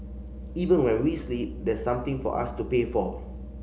even when we sleep there's something for us to pay for